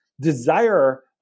desire